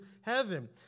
heaven